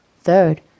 Third